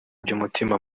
by’umutima